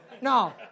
No